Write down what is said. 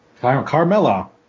Carmella